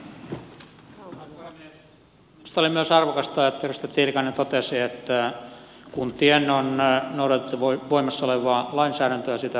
minusta oli myös arvokasta että edustaja tiilikainen totesi että kuntien on noudatettava voimassa olevaa lainsäädäntöä sitä on kunnioitettava